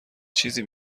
چیزی